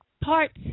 Parts